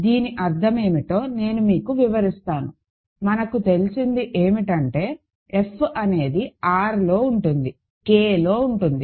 దీని అర్ధం ఏమిటో నేను మీకు వివరిస్తాను మనకు తెలిసినది ఏమిటంటే F అనేది R లో ఉంటుంది K లో ఉంటుంది